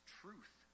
truth